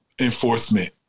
enforcement